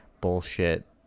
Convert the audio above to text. bullshit